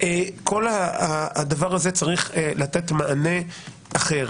כל הדבר הזה צריך לתת מענה אחר.